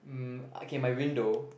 um okay my window